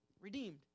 Redeemed